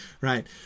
right